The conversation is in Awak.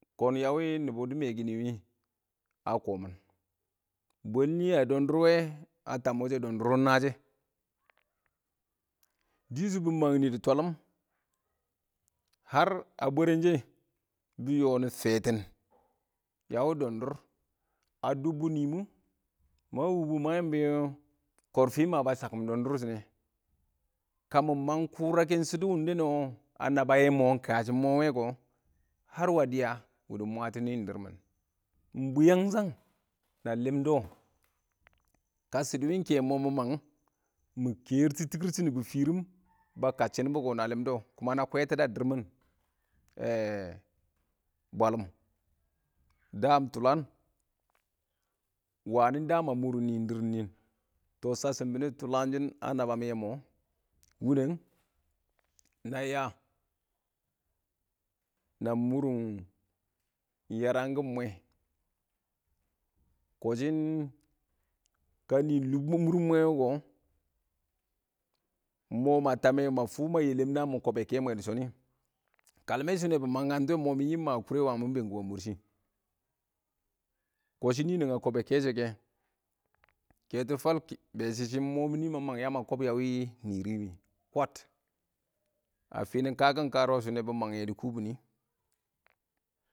kɔ a wɪ nɪbɔ wɪ dɪ mɛkɪ nɪ wɪ a kɔmɪn bwɛl nɪ a dɔndʊr wɛ a tam wʊshɛ dɔndʊr wɔ shɪn nashɛ dɪ shʊ bɪ mang nɪ dɪ twalɪm har a bwɛrɛn shɛ bɪ yɔ nɪ fɛtɪn a wɪ dɔndʊr a dʊbbɔ nɪɪ mʊ, ma wʊbʊ, ma yɪmbɔ korfɪ ba shak dɔndʊr shɪn nɛ, ka mɪ mang kʊrakɛn shɪdɔ wʊnɪ a na ba yɛ mɔ, ɪng kashɔ mɔ wɛ kɔyɪn dɪrr mɪn,ɪng bwɪyangshang, na lɪmdɔ, ka shɪdɔ ɪng kɛ mɔ mɪ mang, mɪ kɛɛr tʊ tikir shɪn nɪbɔ fɪrɪm, kɔ shɪ na kʊtchʊdɔ dɔ, na lɪmdɔ kuma na kwɛtada a dɪrr mɪn, bwalɪm. Daam tʊlang ɪng wa daam a mʊr nɪn dɪrr nii, tɔ shashɪm bɪnɪ tʊlanshɪn a nabba yɛ mɔ, winəng na ya, na mʊrɪn yarangkɪn mwɛɛ, kɔshɪ ka nɪ lʊm a mʊr mwɛɛ wʊ kɔ, ɪng mɔ ma tamɛ ma fʊ ma yɛlɛm naa mɪ kɔbɛ kɛmwɛ dɪ shɔ nɪ, kalmɛ shʊ bɪ mang kangtʊ wɛ, ɪng mɪ a yɪm wangɪn a kurɛ mɪ been na mʊr shɪ, kɔshɪ ninəng a kɔbbɛ kɛshɛ kɛ, kɛtu fwal bɛ shɪ shɪ ɪng mɔ mɪ ya ma kɔbbɛ nɪ nɪ wɪɪ. Kwaad a fɪnɪn kakɪn karʊwa shʊ bɪ mang yɛ dɪ kubini.